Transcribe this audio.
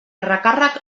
recàrrec